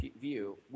view